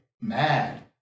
mad